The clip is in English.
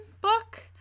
book